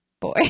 boy